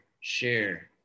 share